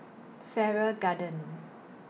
Farrer Garden